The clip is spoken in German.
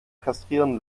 kastrieren